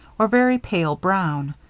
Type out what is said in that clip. or very pale brown.